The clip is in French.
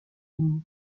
uni